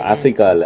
Africa